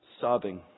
sobbing